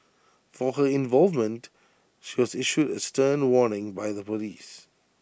for her involvement she was issued A stern warning by the Police